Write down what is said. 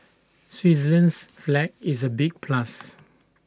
Switzerland's flag is A big plus